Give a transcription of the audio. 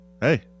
hey